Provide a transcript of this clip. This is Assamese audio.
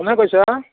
কোনে কৈছা